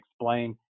explain